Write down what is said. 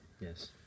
Yes